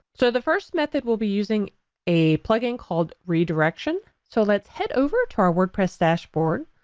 so the first method we'll be using a plugin called redirection so let's head over to our wordpress dashboard,